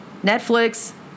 Netflix